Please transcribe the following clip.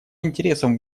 интересом